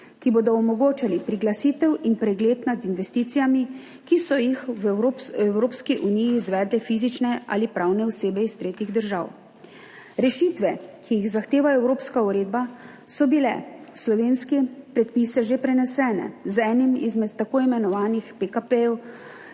ki bodo omogočali priglasitev in pregled nad investicijami, ki so jih v Evropski uniji izvedle fizične ali pravne osebe iz tretjih držav. Rešitve, ki jih zahteva evropska uredba so bile v slovenske predpise že prenesene z enim izmed tako imenovanih PKP,